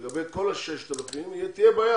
לגבי כל ה-6,000 תהיה בעיה,